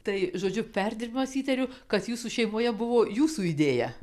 tai žodžiu perdirbimas įtariu kad jūsų šeimoje buvo jūsų idėja